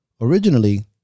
Originally